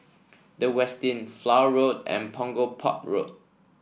The Westin Flower Road and Punggol Port Road